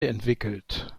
entwickelt